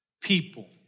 people